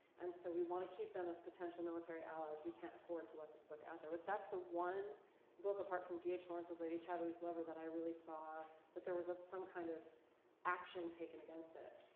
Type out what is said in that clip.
and so we want to keep them as potential military allies. we can't afford to let this book out there. but that's the one book, apart from dh lawrence's lady chatterley's lover, that i really saw that there was some kind of action taken against it